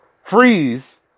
Freeze